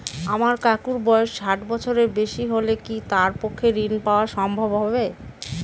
আমার কাকুর বয়স ষাট বছরের বেশি হলে কি তার পক্ষে ঋণ পাওয়া সম্ভব হবে?